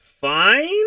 fine